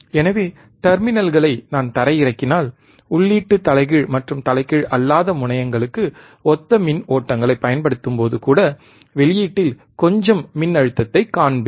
எனவே டெர்மினல்களை நான் தரையிறக்கினால் உள்ளீட்டு தலைகீழ் மற்றும் தலைகீழ் அல்லாத முனையங்களுக்கு ஒத்த மின் ஓட்டங்களைப் பயன்படுத்தும்போது கூட வெளியீட்டில் கொஞ்சம் மின்னழுத்தத்தைக் காண்பேன்